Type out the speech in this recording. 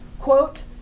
quote